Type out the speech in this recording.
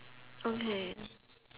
okay